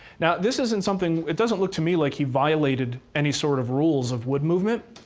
now this isn't something, it doesn't look to me like he violated any sort of rules of wood movement.